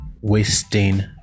wasting